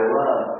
love